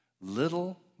Little